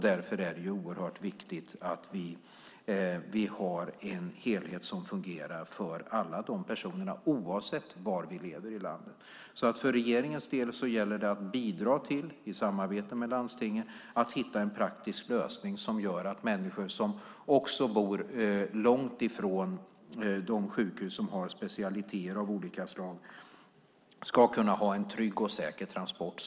Därför är det oerhört viktigt att vi har en helhet som fungerar för alla dessa personer oavsett var man lever i landet. För regeringens del gäller det att i samarbete med landstinget bidra till att hitta en praktisk lösning som gör att också människor som bor långt ifrån de sjukhus som har specialiteter av olika slag ska kunna ha en trygg och säker transport.